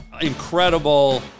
incredible